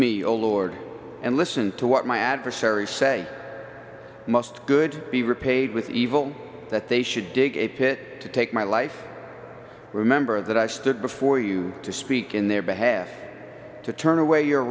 me oh lord and listen to what my adversary say must good be repaid with evil that they should dig a pit to take my life remember that i stood before you to speak in their behalf to turn away your